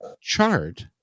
chart